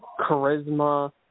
charisma